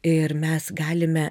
ir mes galime